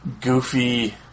goofy